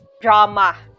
drama